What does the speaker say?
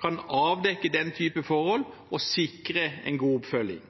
kan avdekke den type forhold og sikre en god oppfølging.